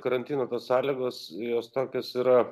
karantino tos sąlygos jos tokios yra